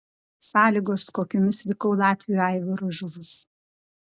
sąlygos kokiomis vykau latviui aivarui žuvus